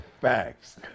Facts